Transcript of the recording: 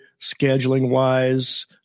scheduling-wise